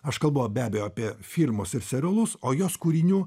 aš kalbu be abejo apie firmos ir serialus o jos kūrinių